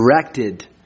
directed